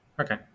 Okay